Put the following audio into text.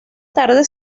tarde